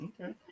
Okay